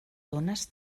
dunes